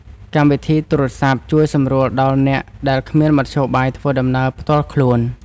កម្មវិធីទូរសព្ទ ជួយសម្រួលដល់អ្នកដែលគ្មានមធ្យោបាយធ្វើដំណើរផ្ទាល់ខ្លួន។